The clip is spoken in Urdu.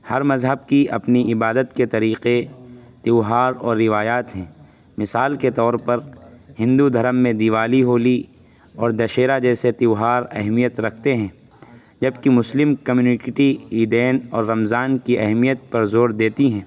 ہر مذہب کی اپنی عبادت کے طریقے تہوار اور روایات ہیں مثال کے طور پر ہندو دھرم میں دیوالی ہولی اور دشہرا جیسے تیوہار اہمیت رکھتے ہیں جب کہ مسلم کمیونیٹی عیدین اور رمضان کی اہمیت پر زور دیتی ہیں